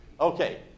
Okay